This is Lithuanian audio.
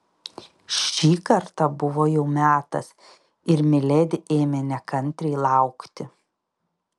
šį kartą buvo jau metas ir miledi ėmė nekantriai laukti